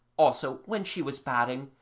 also, when she was batting,